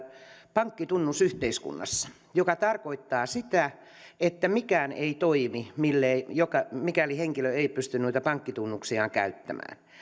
pankkitunnusyhteiskunnassa mikä tarkoittaa sitä että mikään ei toimi mikäli henkilö ei pysty noita pankkitunnuksiaan käyttämään